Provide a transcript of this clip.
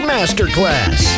Masterclass